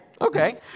Okay